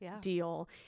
deal